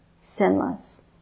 sinless